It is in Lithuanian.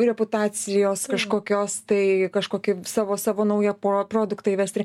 reputacijos kažkokios tai kažkokį savo savo naują po produktą įvest į